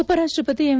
ಉಪರಾಷ್ಟ ಪತಿ ಎಂ